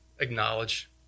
acknowledge